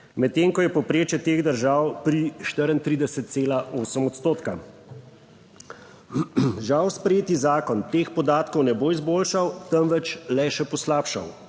medtem ko je povprečje teh držav pri 34,8 odstotka. Žal sprejeti zakon teh podatkov ne bo izboljšal, temveč le še poslabšal.